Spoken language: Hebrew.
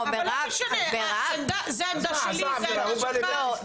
זאת העמדה שלי וזאת העמדה שלך.